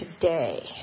today